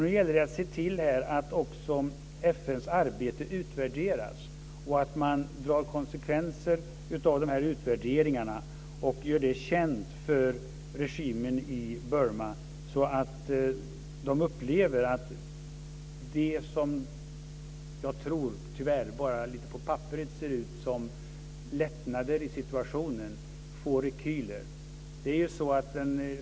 Nu gäller det att se till att FN:s arbete utvärderas, att man drar konsekvenser av dessa utvärderingar och gör detta känt för regimen i Burma så att den upplever att det som - tyvärr bara på papperet, tror jag - ser ut som lättnader i situationen får rekyler.